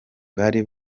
bari